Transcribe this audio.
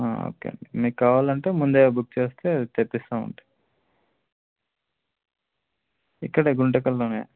okay అండి మీకు కావాలంటే ముందే బుక్ చేస్తే తెప్పిస్తాం ఉంటా ఇక్కడ గుంతకల్లోనే